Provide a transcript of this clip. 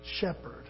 shepherd